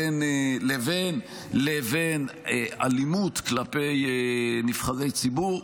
לבין אלימות כלפי נבחרי ציבור.